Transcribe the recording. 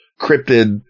cryptid